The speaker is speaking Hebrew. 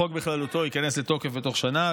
החוק בכללותו ייכנס לתוקף בתוך שנה,